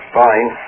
fine